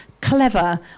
clever